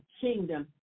kingdom